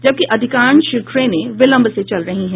जबकि अधिकांश ट्रेनें विलंब से चल रही हैं